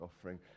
offering